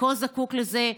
שכה זקוק לזה,